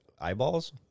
Eyeballs